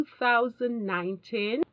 2019